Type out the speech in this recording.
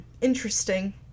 interesting